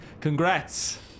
Congrats